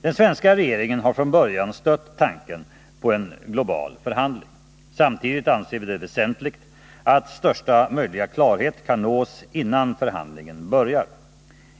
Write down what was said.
Den svenska regeringen har från början stött tanken på en global förhandling. Samtidigt anser vi det väsentligt att största möjliga klarhet kan nås, innan förhandlingen börjar.